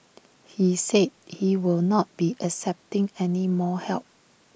he said he will not be accepting any more help